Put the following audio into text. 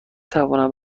توانم